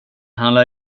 handlar